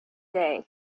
day